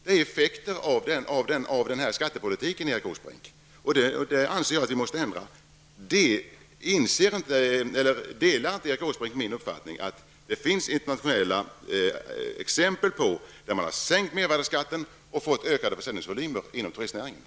Det är effekten av denna skattepolitik, Erik Åsbrink, och det anser jag att vi måste ändra på. Delar inte Erik Åsbrink min uppfattning att det internationellt finns exempel på att man sänkt mervärdeskatten och fått ökade försäljningsvolymer inom turistnäringen?